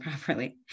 properly